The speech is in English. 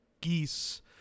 geese